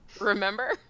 Remember